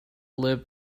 live